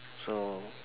so